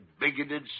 bigoted